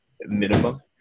minimum